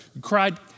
cried